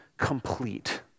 Complete